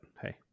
hey